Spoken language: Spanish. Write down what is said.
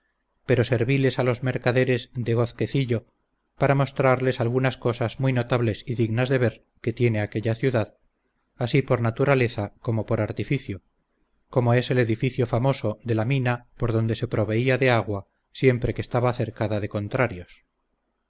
pero serviles a los mercaderes de gozquecillo para mostrarles algunas cosas muy notables y dignas de ver que tiene aquella ciudad así por naturaleza como por artificio como es el edificio famoso de la mina por donde se proveía de agua siempre que estaba cercada de contrarios